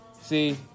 See